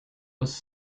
was